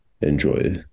enjoy